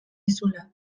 dizula